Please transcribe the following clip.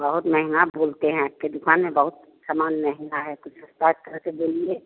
बहुत महँगा बोलते हैं आपकी दुक़ान में बहुत सामान महँगा है कुछ सस्ता करके बोलिए